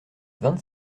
vingt